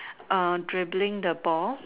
dribbling the ball